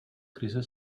krize